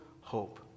hope